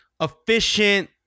efficient